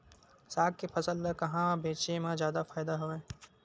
साग के फसल ल कहां बेचे म जादा फ़ायदा हवय?